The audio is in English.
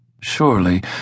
Surely